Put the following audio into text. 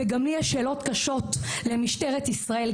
גם לי יש שאלות קשות למשטרת ישראל,